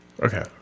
Okay